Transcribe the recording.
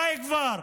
די כבר.